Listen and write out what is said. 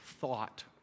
thought